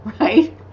right